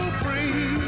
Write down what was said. free